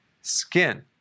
skin